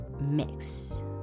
mix